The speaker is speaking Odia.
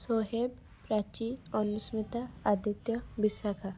ସୋହେବ ପ୍ରାଚୀ ଅନୁସ୍ମିତା ଆଦିତ୍ୟ ବିଶାଖା